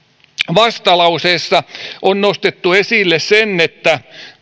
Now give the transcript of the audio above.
vastalauseessamme on nostettu esille se että